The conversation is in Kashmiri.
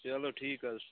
چلو ٹھیٖک حظ چھُ